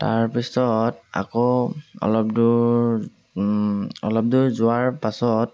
তাৰপিছত আকৌ অলপ দূৰ অলপ দূৰ যোৱাৰ পাছত